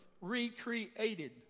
Recreated